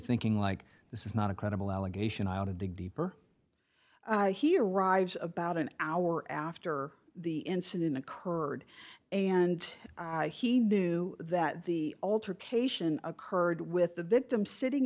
thinking like this is not a credible allegation out of the deeper here rives about an hour after the incident occurred and he knew that the alter cation occurred with the victim sitting